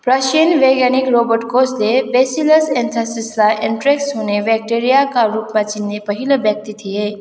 प्रसियन वैज्ञानिक रोबर्ट कोचले ब्यासिलेस एन्थ्रासिसलाई एन्थ्रेक्स हुने ब्याक्टेरियाका रूपमा चिन्ने पहिलो व्यक्ति थिए